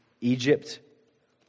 Egypt